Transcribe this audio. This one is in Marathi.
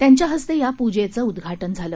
त्यांच्या हस्ते या पूजेचं उद्घाटन झालं